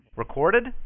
Recorded